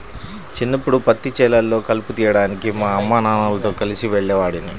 చిన్నప్పడు పత్తి చేలల్లో కలుపు తీయడానికి మా అమ్మానాన్నలతో కలిసి వెళ్ళేవాడిని